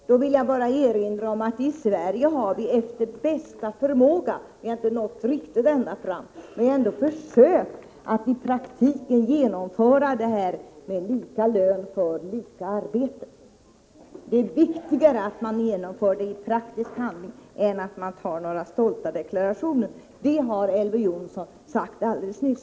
Jag vill bara erinra om att vi i Sverige efter bästa förmåga — vi har inte nått riktigt ända fram — försökt att i praktiken genomföra lika lön för lika arbete. Det är viktigare att någonting genomförs i praktisk handling än att det görs stolta deklarationer — som Elver Jonsson sade alldeles nyss.